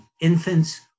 infants